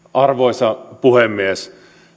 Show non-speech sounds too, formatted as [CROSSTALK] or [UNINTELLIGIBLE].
[UNINTELLIGIBLE] arvoisa puhemies